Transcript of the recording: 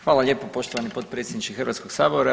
Hvala lijepo poštovani potpredsjedniče Hrvatskog sabora.